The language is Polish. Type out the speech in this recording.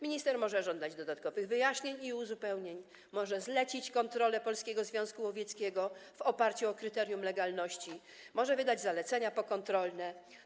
Minister może żądać dodatkowych wyjaśnień i uzupełnień, może zlecić kontrolę Polskiego Związku Łowieckiego w oparciu o kryterium legalności, może wydać zalecenia pokontrolne.